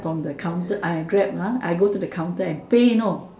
from the counter I Grab lah I go to the counter and pay you know